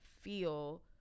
feel